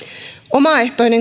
omaehtoinen